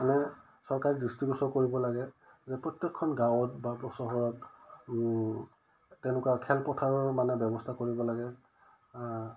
মানে চৰকাৰে দৃষ্টিগোচৰ কৰিব লাগে যে প্ৰত্যেকখন গাঁৱত বা চহৰত তেনেকুৱা খেলপথাৰৰ মানে ব্যৱস্থা কৰিব লাগে